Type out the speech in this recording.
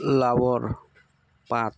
লাৱৰ পাত